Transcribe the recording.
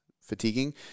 fatiguing